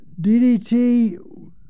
DDT